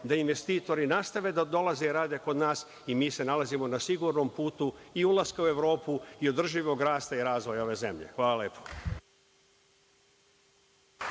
da investitori nastave da dolaze i rade kod nas i mi se nalazimo na sigurnom putu ulaska u Evropu i održivog rasta i razvoja ove zemlje. Hvala.